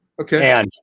Okay